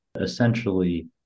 Essentially